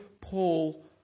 Paul